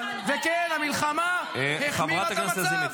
--- וכן, המלחמה החמירה את המצב.